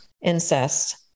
incest